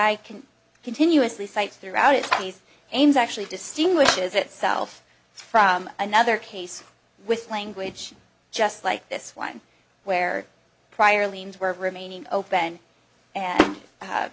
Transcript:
i can continuously sites throughout it these names actually distinguishes it self from another case with language just like this one where prior liens were remaining open and